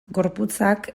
gorputzak